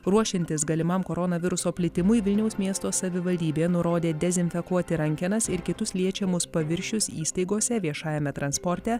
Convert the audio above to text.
ruošiantis galimam koronaviruso plitimui vilniaus miesto savivaldybė nurodė dezinfekuoti rankenas ir kitus liečiamus paviršius įstaigose viešajame transporte